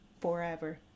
forever